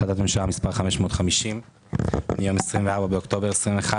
החלטת ממשלה מספר 550 מיום 24 באוקטובר 2021,